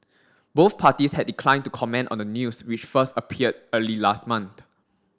both parties had declined to comment on the news which first appeared early last month